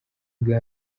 bwa